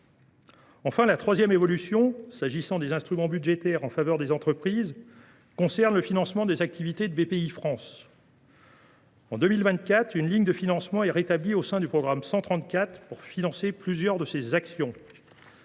Enfin, la troisième évolution, s’agissant des instruments budgétaires en faveur des entreprises, porte sur le financement des activités de Bpifrance. En 2024, une ligne de financement est rétablie au sein du programme 134 pour financer plusieurs de ses actions.